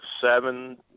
seven